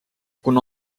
kuna